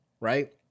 right